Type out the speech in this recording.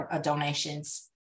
donations